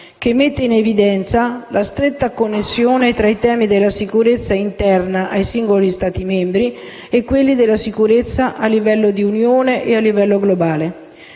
che mette in evidenza la stretta connessione tra i temi della sicurezza interna ai singoli Stati membri e quelli della sicurezza a livello di Unione e a livello globale.